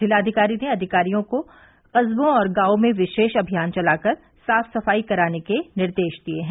जिलाधिकारी ने अधिकारियों को कस्बों और गांवों में विशेष अभियान चलाकर साफ सफाई कराने के निर्देश दिए हैं